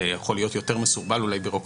זה יכול להיות אולי יותר מסורבל ביורוקרטית,